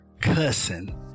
cussing